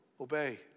obey